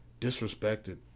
disrespected